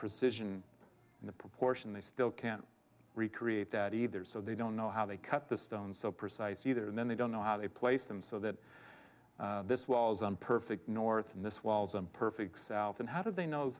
precision in the proportion they still can't recreate that either so they don't know how they cut the stones so precise either and then they don't know how they place them so that this was on perfect north and this was a perfect south and how did they no